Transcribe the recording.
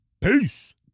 peace